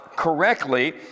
Correctly